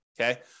okay